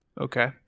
Okay